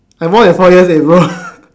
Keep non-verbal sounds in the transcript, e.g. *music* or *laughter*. I more than four years eh bro *noise*